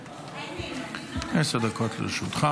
עשר דקות לרשותך,